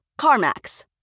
CarMax